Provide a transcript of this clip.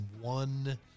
one